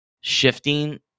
shifting